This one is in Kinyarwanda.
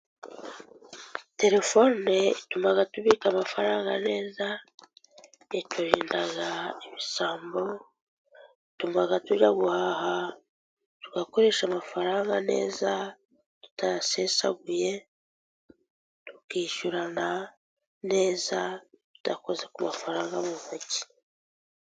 Telefone ituma tubika amafaranga neza, iturinda ibisambo, ituma tujya guhaha, tugakoresha amafaranga neza, tutayasesaguye, tukishyurana neza tudakoze ku mafaranga mu ntoki.